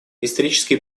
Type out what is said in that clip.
исторические